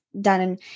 done